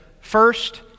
first